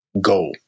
go